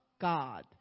God